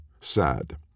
sad